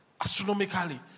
astronomically